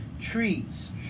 trees